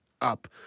up